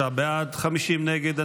33 בעד, 50 נגד.